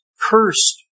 cursed